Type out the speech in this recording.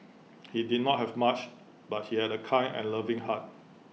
he did not have much but he had A kind and loving heart